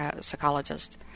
psychologist